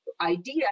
idea